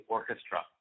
Orchestra